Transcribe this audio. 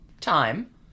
time